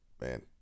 Man